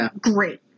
great